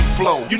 flow